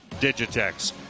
Digitex